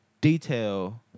detail